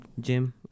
gym